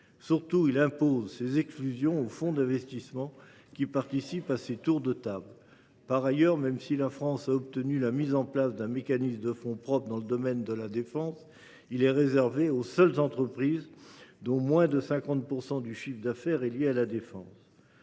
Surtout, il impose ces exclusions aux fonds d’investissement qui participent à ses tours de table. Par ailleurs, même si la France a obtenu la mise en place d’un mécanisme de fonds propres dans le domaine de la défense, celui ci est réservé aux seules entreprises dont moins de 50 % du chiffre d’affaires sont liés à la défense.